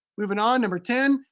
moving on, number ten,